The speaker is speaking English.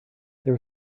there